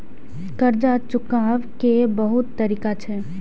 कर्जा चुकाव के बहुत तरीका छै?